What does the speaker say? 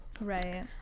Right